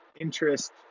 interest